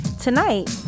Tonight